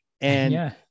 and-